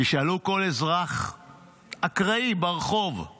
תשאלו כל אזרח אקראי ברחוב, הוא